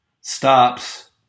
stops